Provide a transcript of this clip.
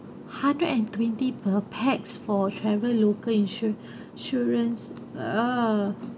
hundred and twenty per pax for travel local insu~ ~ surance ah